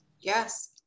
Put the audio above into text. Yes